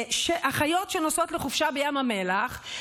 אחיות שנוסעות לחופשה בים המלח,